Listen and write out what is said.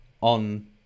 on